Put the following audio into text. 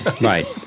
Right